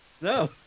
no